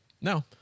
No